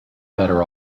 better